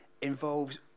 involves